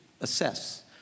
assess